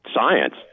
Science